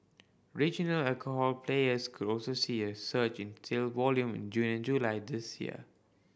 regional alcohol players could also see a surge sale volume in June and July this year